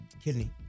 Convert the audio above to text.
kidney